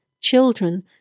Children